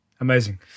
amazing